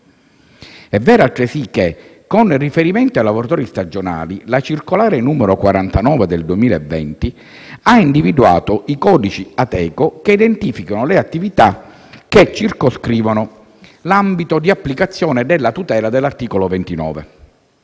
altresì che, con riferimento ai lavoratori stagionali, nella circolare n. 49 del 2020 dell'INPS sono stati individuati i codici Ateco che identificano le attività, che circoscrivono l'ambito di applicazione della tutela dell'articolo 29.